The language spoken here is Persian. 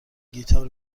گیتار